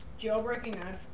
Jailbreaking